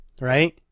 Right